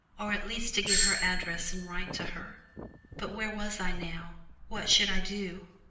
or at least to get her address and write to her but where was i now what should i do?